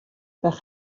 par